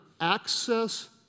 access